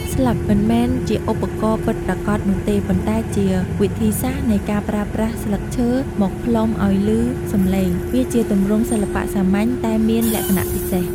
ស្លឹក មិនមែនជាឧបករណ៍ពិតប្រាកដនោះទេ ប៉ុន្តែជាវិធីសាស្រ្តនៃការប្រើប្រាស់ ស្លឹកឈើ មកផ្លុំឲ្យឮសំឡេង វាជាទម្រង់សិល្បៈសាមញ្ញតែមានលក្ខណៈពិសេស។